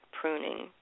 pruning